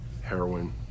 heroin